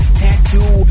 tattoo